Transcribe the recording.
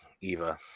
eva